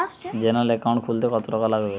General account খুলতে কত টাকা লাগবে?